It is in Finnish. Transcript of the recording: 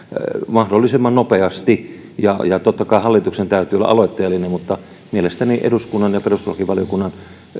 mahdollisimman nopeasti totta kai hallituksen täytyy olla aloitteellinen mutta mielestäni eduskunnan ja perustuslakivaliokunnan